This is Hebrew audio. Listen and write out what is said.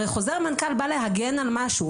הרי חוזר מנכ"ל בא להגן על משהו.